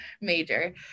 major